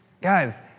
Guys